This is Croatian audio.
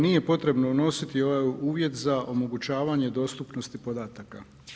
Nije potrebno unositi ovaj uvjet za omogućavanje dostupnosti podataka.